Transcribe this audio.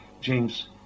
James